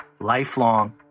lifelong